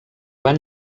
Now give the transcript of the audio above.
van